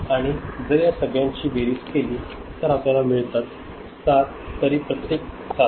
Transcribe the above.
आणि जर या सगळ्यांची ची बेरीज केली तर आपल्याला मिळतात सात